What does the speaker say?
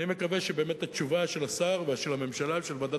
אני מקווה שבאמת התשובה של השר ושל ועדת